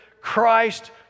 Christ